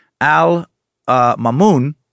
Al-Mamun